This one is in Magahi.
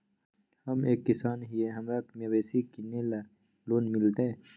हम एक किसान हिए हमरा मवेसी किनैले लोन मिलतै?